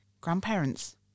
grandparents